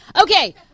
Okay